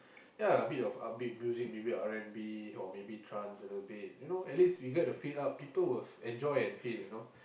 ya a bit of upbeat music maybe R-and-B or maybe trance a little bit you know at least we get the feel up people will enjoy and feel you know